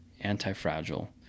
anti-fragile